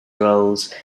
roles